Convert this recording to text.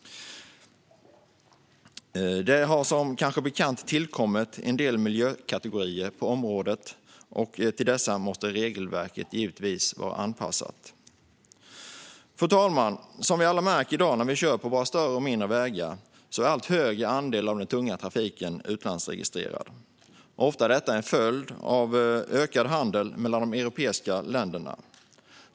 Det har, som kanske är bekant, tillkommit en del miljökategorier på området, och till dessa måste regelverket givetvis vara anpassat. Fru talman! Som vi alla märker i dag när vi kör på våra större och mindre vägar är en allt högre andel av den tunga trafiken utlandsregistrerad. Ofta är detta en följd av ökad handel mellan de europeiska länderna.